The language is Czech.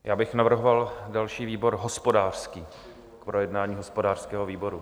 Já bych navrhoval další výbor hospodářský, k projednání hospodářskému výboru.